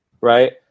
right